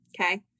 okay